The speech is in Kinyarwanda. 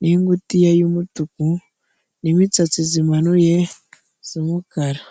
n'ingutiya y'umutuku, n'imitsatsi zimanuye z'umukara.